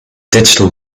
digital